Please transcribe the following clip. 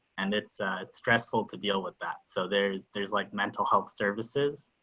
and it's stressful to deal with that. so there's there's like mental health services.